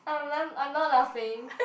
I wasn't I am not laughing